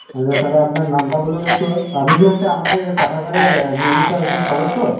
আচ্ছা তাহলে আপনার নামটা বলুন একটু আপনি কি হচ্ছে আমাদের পাঠাগারের নিয়মিত একজন সদস্য